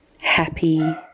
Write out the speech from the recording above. happy